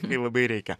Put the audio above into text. kai labai reikia